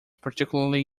particularly